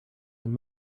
and